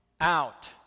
out